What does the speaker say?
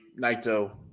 Naito